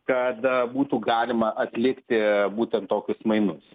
kad būtų galima atlikti būtent tokius mainus